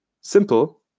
simple